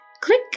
click